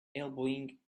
elbowing